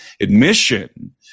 admission